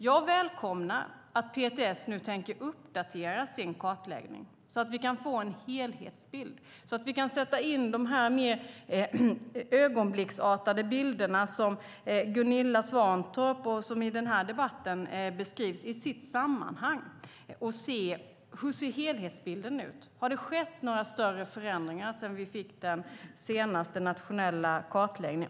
Jag välkomnar att PTS tänker uppdatera sin kartläggning så att vi kan få en helhetsbild, så att vi kan sätta in de mer ögonblicksartade bilderna som Gunilla Svantorp har beskrivit och som har framkommit i den här debatten i sitt sammanhang. Hur ser helhetsbilden ut? Har det skett några större förändringar sedan den senaste nationella kartläggningen?